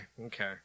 okay